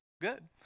good